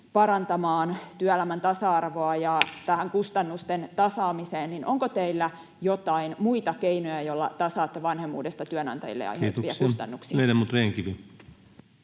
parantamaan työelämän tasa-arvoa ja tähän kustannusten tasaamiseen, niin onko teillä joitain muita keinoja, joilla tasaatte vanhemmuudesta työnantajille aiheutuvia kustannuksia? Kiitoksia. — Ledamot Rehn-Kivi.